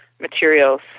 materials